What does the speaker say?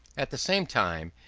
at the same time,